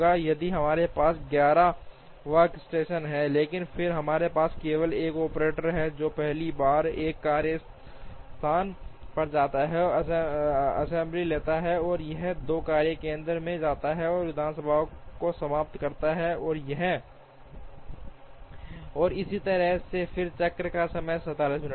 यदि हमारे पास 11 वर्कस्टेशन हैं लेकिन फिर हमारे पास केवल एक ऑपरेटर है जो पहली बार 1 कार्यस्थान पर जाता है असेंबली लेता है यह 2 कार्य केंद्र में जाता है विधानसभा को समाप्त करता है और इसी तरह फिर चक्र का समय 47 मिनट होगा